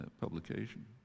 publication